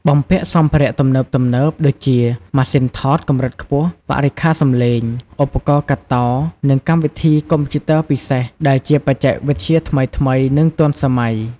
បំពាក់សម្ភារៈទំនើបៗដូចជា ម៉ាស៊ីនថតកម្រិតខ្ពស់ បរិក្ខារសំឡេង ឧបករណ៍កាត់ត និងកម្មវិធីកុំព្យូទ័រពិសេស ដែលជាបច្ចេកវិទ្យាថ្មីៗនិងទាន់សម័យ។